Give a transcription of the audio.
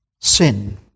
sin